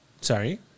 sorry